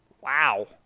Wow